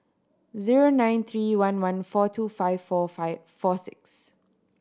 zero nine three one one four two five four five four six